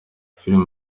film